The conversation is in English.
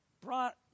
brought